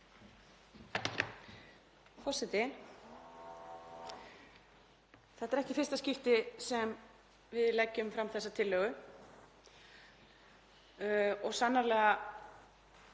Forseti. Þetta er ekki í fyrsta skipti sem við leggjum fram þessa tillögu og sannarlega